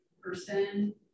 person